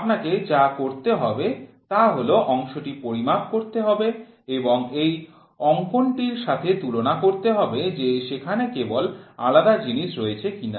আপনাকে যা করতে হবে তা হল অংশটি পরিমাপ করতে হবে এবং এই অঙ্কটির সাথে তুলনা করতে হবে যে সেখানে কোন আলাদা জিনিস হয়েছে কিনা